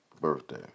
birthday